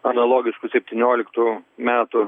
analogišku septynioliktų metų